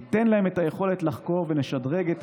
ניתן להם את היכולת לחקור ונשדרג את